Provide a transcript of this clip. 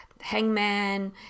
Hangman